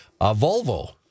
Volvo